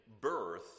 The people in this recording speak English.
birth